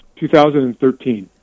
2013